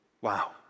Wow